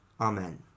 Amen